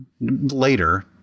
later